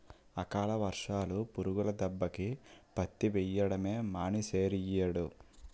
అకాల వర్షాలు, పురుగుల దెబ్బకి పత్తి వెయ్యడమే మానీసేరియ్యేడు